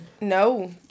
No